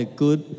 good